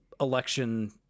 Election